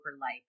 life